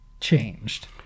changed